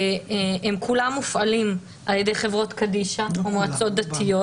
כולם מופעלים על-ידי חברות קדישא או מועצות דתיות.